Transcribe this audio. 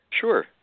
Sure